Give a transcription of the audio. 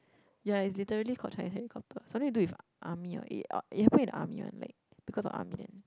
ya it's literally called Chinese helicopter something with do with army or a~ or it happened in army one like because of army then